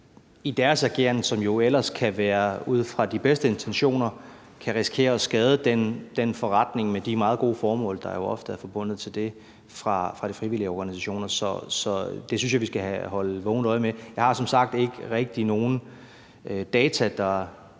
deres ageren, som jo ellers kan være ud fra de bedste intentioner, kan risikere at skade den forretning med de meget gode formål, der jo ofte er forbundet med det, fra de frivillige organisationers side. Så det synes jeg vi skal holde et vågent øje med. Jeg har som sagt ikke rigtig nogen data, der